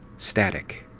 static.